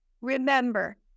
remember